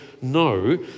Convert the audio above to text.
No